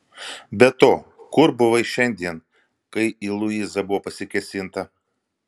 be to kur buvai šiandien kai į luizą buvo pasikėsinta